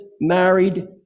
married